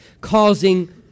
causing